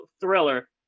thriller